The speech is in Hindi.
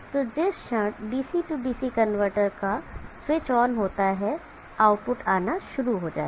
तो जिस क्षण DC DC कनवर्टर का स्विच ऑन होता है आउटपुट आना शुरू हो जाएगा